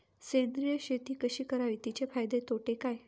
सेंद्रिय शेती कशी करावी? तिचे फायदे तोटे काय?